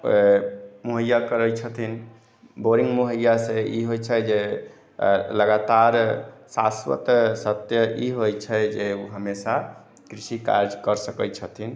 ओ मुहैया करै छथिन बोरिंग मुहैया से ई होइ छै जे लगातार सास्वत सत्य ई होइ छै जे हमेशा कृषि कार्य कर सकै छथिन